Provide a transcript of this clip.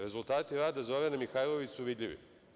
Rezultati rada Zorane Mihajlović su vidljivi.